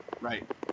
Right